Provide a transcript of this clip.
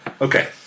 Okay